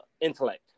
intellect